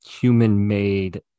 human-made